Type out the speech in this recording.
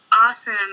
awesome